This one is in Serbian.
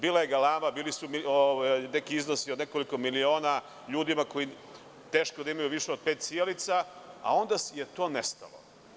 Bila je galama, bili su neki iznosi od nekoliko miliona ljudima koji teško da imaju više od pet sijalica, a onda je to nestalo.